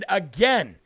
again